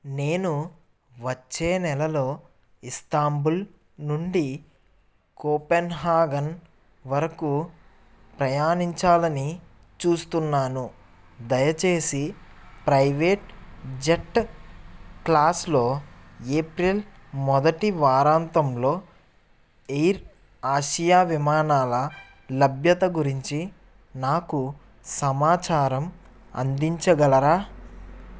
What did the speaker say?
నేను వచ్చే నెలలో ఇస్తాంబుల్ నుండి కోపెన్హగన్ వరకు ప్రయాణించాలని చూస్తున్నాను దయచేసి ప్రైవేట్ జెట్ క్లాస్లో ఏప్రిల్ మొదటి వారాంతంలో ఎయిర్ ఆసియా విమానాల లభ్యత గురించి నాకు సమాచారం అందించగలరా